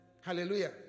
Hallelujah